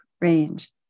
range